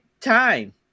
time